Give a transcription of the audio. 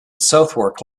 southwark